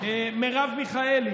מרב מיכאלי,